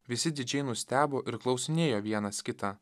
visi didžiai nustebo ir klausinėjo vienas kitą